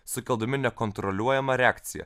sukeldami nekontroliuojamą reakciją